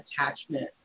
attachment